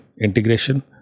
integration